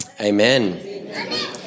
Amen